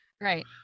Right